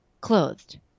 clothed